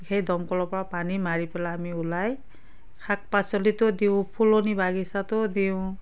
সেই দমকলৰ পৰা পানী মাৰি পেলাই আমি ওলাই শাক পাচলিতো দিওঁ ফুলনি বাগিচাতো দিওঁ